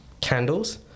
candles